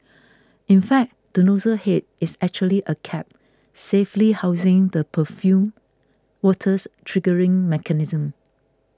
in fact the nozzle head is actually a cap safely housing the perfumed water's triggering mechanism